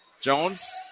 Jones